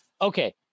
okay